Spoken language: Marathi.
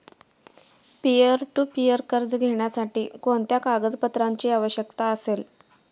पीअर टू पीअर कर्ज घेण्यासाठी कोणत्या कागदपत्रांची आवश्यकता असेल?